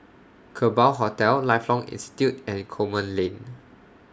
Kerbau Hotel Lifelong Institute and Coleman Lane